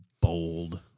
bold